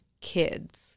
kids